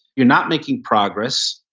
you're not making progress.